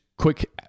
quick